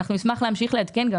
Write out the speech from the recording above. אנחנו נשמח להמשיך לעדכן.